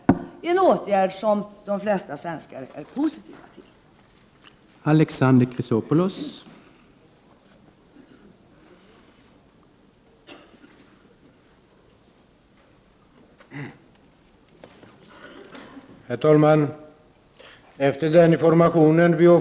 Det är en åtgärd som de flesta svenskar är positiva till.